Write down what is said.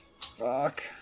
Fuck